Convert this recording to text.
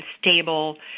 stable